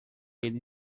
ele